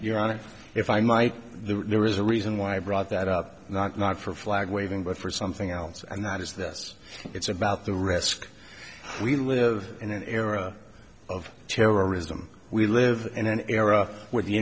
flag on it if i might the there is a reason why i brought that up not not for flag waving but for something else and that is this it's about the risk we live in an era of terrorism we live in an era where the